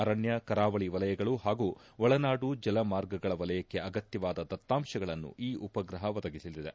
ಅರಣ್ಲ ಕರಾವಳಿ ವಲಯಗಳು ಹಾಗೂ ಒಳನಾಡು ಜಲಮಾರ್ಗಗಳ ವಲಯಕ್ಕೆ ಅಗತ್ಯವಾದ ದತ್ತಾಂಶಗಳನ್ನು ಈ ಉಪಗ್ರಹ ಒದಗಿಸಲಿದೆ